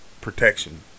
protection